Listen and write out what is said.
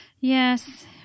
yes